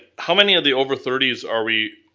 how many of the over thirty s are we,